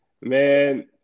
man